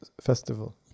Festival